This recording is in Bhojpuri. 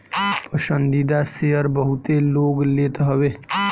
पसंदीदा शेयर बहुते लोग लेत हवे